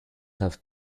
have